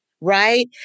Right